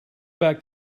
back